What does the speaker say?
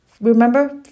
Remember